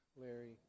Larry